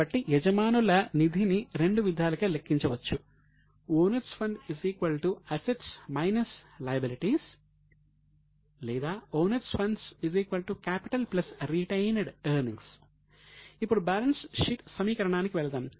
కాబట్టి యజమానుల నిధిని రెండు విధాలుగా లెక్కించవచ్చు ఓనర్స్ ఫండ్స్ ఓనర్స్ ఫండ్స్ ఇప్పుడు బ్యాలెన్స్ షీట్ సమీకరణానికి వెళ్దాం